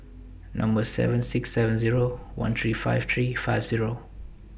Number seven six seven Zero one three five three five Zero